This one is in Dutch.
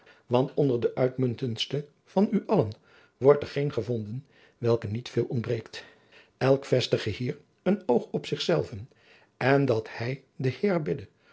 want onder de uitmuntendste van u allen wordt er geen gevonden welken niet veel ontbreekt elk vestige hier een oog op zich zelven en dat hij den heer bidde